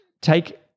take